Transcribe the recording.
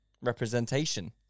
representation